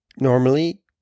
normally